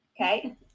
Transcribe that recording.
okay